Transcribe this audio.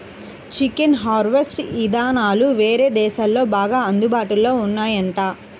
chicken harvest ఇదానాలు వేరే దేశాల్లో బాగా అందుబాటులో ఉన్నాయంట